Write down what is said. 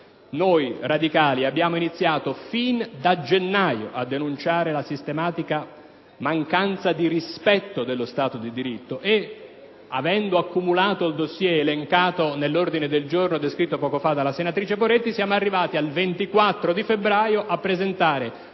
Noi radicali abbiamo iniziato fin da gennaio e denunciare la sistematica mancanza di rispetto dello Stato di diritto e, avendo approntato il dossier elencato nell'ordine del giorno descritto poco fa dalla senatrice Poretti, siamo arrivati al 24 febbraio a presentare